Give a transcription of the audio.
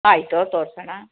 ಆಯಿತು ತೋರ್ಸೋಣ